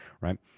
right